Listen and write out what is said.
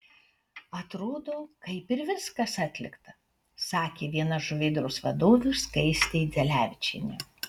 atrodo kaip ir viskas atlikta sakė viena žuvėdros vadovių skaistė idzelevičienė